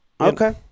Okay